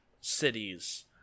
cities